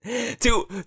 Two